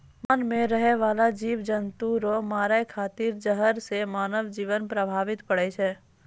मान मे रहै बाला जिव जन्तु रो मारै खातिर जहर से मानव जिवन प्रभावित पड़ै छै